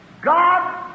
God